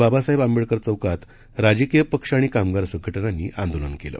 बाबासाहेब आंबेडकर चौकात राजकीय पक्ष आणि कामगार संघटनांनी आंदोलन केलं